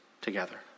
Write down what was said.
together